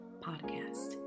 Podcast